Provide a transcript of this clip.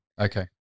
okay